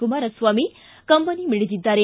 ಕುಮಾರಸ್ವಾಮಿ ಕಂಬನಿ ಮಿಡಿದಿದ್ದಾರೆ